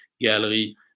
gallery